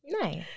Nice